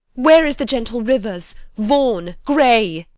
where is the gentle rivers, vaughan, grey?